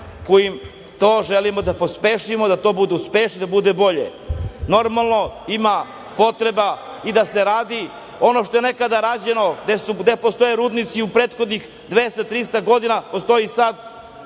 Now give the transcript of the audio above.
kojima to želimo da pospešimo, da to bude uspešno, da to bude bolje. Normalno, ima potreba i da se radi. Ono što je nekada rađeno, gde postoje rudnici u prethodnih 200, 300 godina, postoje i sada,